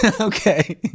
Okay